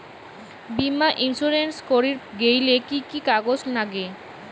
বীমা ইন্সুরেন্স করির গেইলে কি কি কাগজ নাগে?